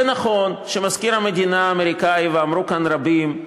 זה נכון שמזכיר המדינה האמריקני, ואמרו כאן רבים,